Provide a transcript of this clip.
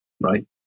Right